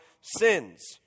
sins